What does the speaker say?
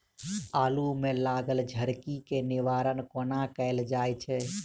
आलु मे लागल झरकी केँ निवारण कोना कैल जाय छै?